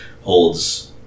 holds